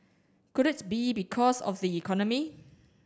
could it be because of the economy